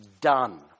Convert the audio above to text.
done